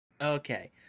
Okay